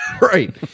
Right